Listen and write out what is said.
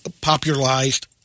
popularized